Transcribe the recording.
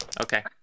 Okay